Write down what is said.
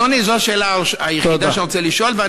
אדוני, זו השאלה היחידה שאני רוצה לשאול.